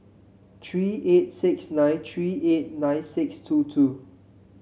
three eight six nine three eight nine six two two